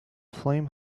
flame